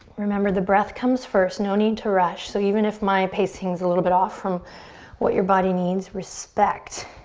remember the breath comes first. no need to rush. so even if my pace seems a little bit off from what your body needs, respect.